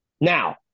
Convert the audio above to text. Now